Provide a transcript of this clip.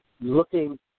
looking